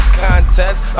contest